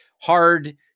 hard